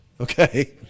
Okay